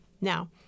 Now